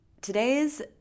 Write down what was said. today's